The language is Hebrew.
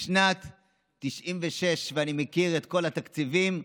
משנת 1996, ואני מכיר את כל התקציבים,